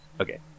Okay